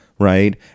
Right